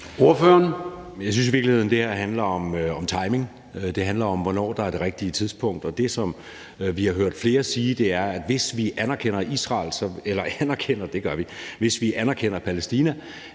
Søe (M): Jeg synes i virkeligheden, det her handler om timing; det handler om, hvornår det er det rigtige tidspunkt. Og det, som vi har hørt flere sige, er, at hvis vi anerkender Palæstina, så vil Palæstina